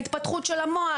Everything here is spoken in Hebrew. להתפתחות של המוח,